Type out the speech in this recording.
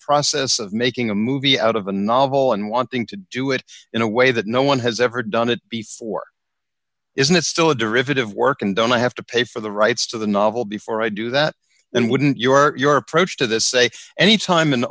process of making a movie out of a novel and wanting to do it in a way that no one has ever done it before isn't it still a derivative work and done i have to pay for the rights to the novel before i do that and wouldn't you or your approach to this say anytime an